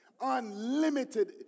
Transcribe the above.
Unlimited